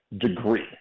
degree